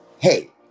hey